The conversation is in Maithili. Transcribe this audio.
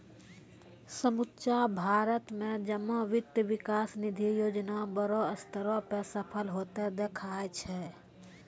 समुच्चा भारत मे जमा वित्त विकास निधि योजना बड़ो स्तर पे सफल होतें देखाय छै